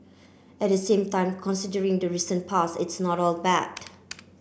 at the same time considering the recent past it's not all bad